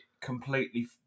completely